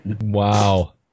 Wow